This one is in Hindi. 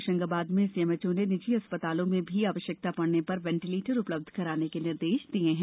होशंगाबाद में सीएमएचओ ने निजी चिकित्सालयों में भी आवश्यकता पड़ने पर वेंटिलेटर उपलब्ध कराने के निर्देश दिये हैं